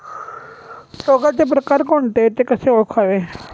रोगाचे प्रकार कोणते? ते कसे ओळखावे?